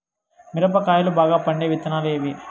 మిరప కాయలు బాగా పండే విత్తనాలు ఏవి